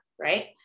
right